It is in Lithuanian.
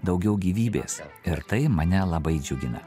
daugiau gyvybės ir tai mane labai džiugina